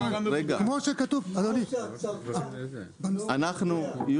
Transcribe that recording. --- שנייה, רגע.